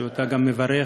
שגם אותה אני מברך,